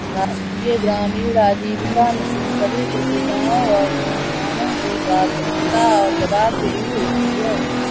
राष्ट्रीय ग्रामीण आजीविका मिशन सभी प्रक्रियाओं और संस्थानों की पारदर्शिता और जवाबदेही होती है